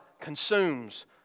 consumes